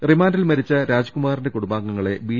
റിമാൻഡിൽ മരിച്ച രാജ്കുമാറിന്റെ കുടുംബ്ലാംഗങ്ങളെ ബി